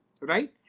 right